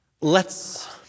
lets